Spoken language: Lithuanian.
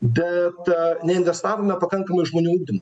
bet neinvestavome pakankamai į žmonių ugdymą